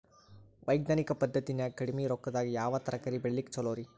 ವೈಜ್ಞಾನಿಕ ಪದ್ಧತಿನ್ಯಾಗ ಕಡಿಮಿ ರೊಕ್ಕದಾಗಾ ಯಾವ ತರಕಾರಿ ಬೆಳಿಲಿಕ್ಕ ಛಲೋರಿ?